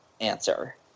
answer